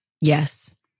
Yes